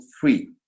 free